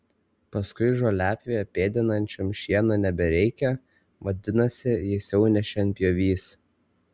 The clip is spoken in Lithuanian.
paskui žoliapjovę pėdinančiam šieno nebereikia vadinasi jis jau ne šienpjovys